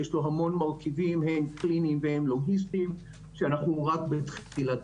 יש לה המון מרכיבים הן קליניים והן לוגיסטיים שאנחנו רק בתחילתם.